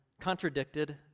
contradicted